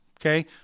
okay